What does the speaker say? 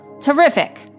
Terrific